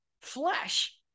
flesh